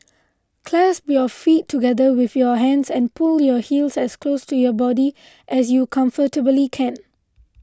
clasp your feet together with your hands and pull your heels as close to your body as you comfortably can